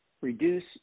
reduce